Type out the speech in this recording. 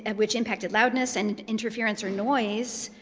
and which impacted loudness and interference or noise,